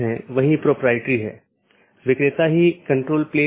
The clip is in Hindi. इसलिए इसमें केवल स्थानीय ट्रैफ़िक होता है कोई ट्रांज़िट ट्रैफ़िक नहीं है